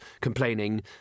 complaining